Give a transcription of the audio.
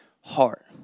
heart